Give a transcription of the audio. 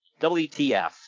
WTF